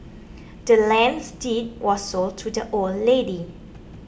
the land's deed was sold to the old lady